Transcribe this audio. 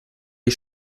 die